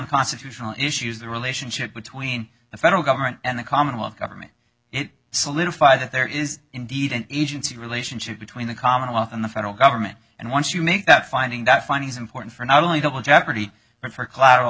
constitutional issues the relationship between the federal government and the commonwealth government solidify that there is indeed an easy relationship between the commonwealth and the federal government and once you make that finding that funny is important for not only double jeopardy but for collateral